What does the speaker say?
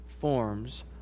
forms